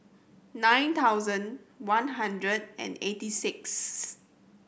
nine thousand one hundred and eighty sixth